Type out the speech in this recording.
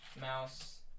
Mouse